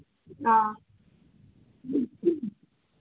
ꯑ